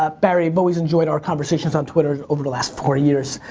ah barry, i've always enjoyed our conversations on twitter over the last four years,